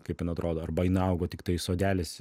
kaip jin atrodo arba jin augo tiktai sodelis